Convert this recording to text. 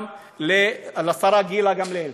גם לשרה גילה גמליאל,